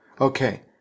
Okay